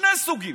שני סוגים.